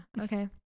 Okay